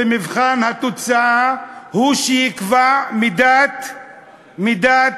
ומבחן התוצאה הוא שיקבע את מידת